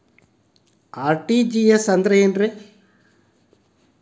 RTGS ಅಂದ್ರ ಏನ್ರಿ?